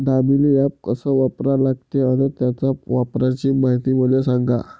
Damini app कस वापरा लागते? अन त्याच्या वापराची मायती मले सांगा